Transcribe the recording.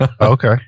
okay